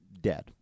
dead